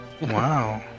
Wow